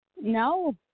No